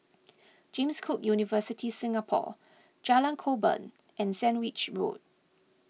James Cook University Singapore Jalan Korban and Sandwich Road